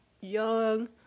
young